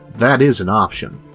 that is an option.